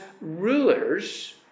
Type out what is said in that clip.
rulers